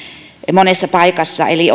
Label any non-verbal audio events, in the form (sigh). monessa paikassa eli (unintelligible)